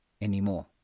anymore